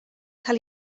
cael